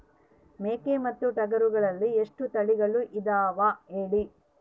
ಮೇಕೆ ಮತ್ತು ಟಗರುಗಳಲ್ಲಿ ಎಷ್ಟು ತಳಿಗಳು ಇದಾವ ಹೇಳಿ?